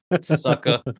sucker